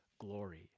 glory